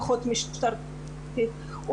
פחות משטרתית.